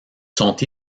sont